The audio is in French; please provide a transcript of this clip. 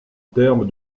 termes